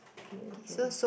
okay okay